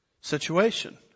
situation